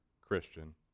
Christian